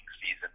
season